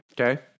Okay